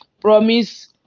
promise